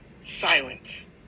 silence